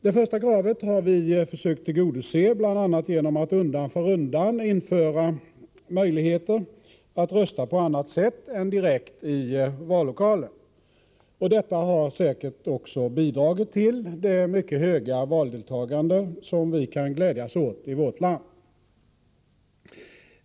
Det första kravet har vi försökt att tillgodose bl.a. genom att undan för undan införa möjligheter att rösta på annat sätt än direkt i vallokalen. Detta har säkert också bidragit till det mycket höga valdeltagande som vi kan glädjas åt i vårt land.